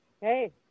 Hey